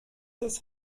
des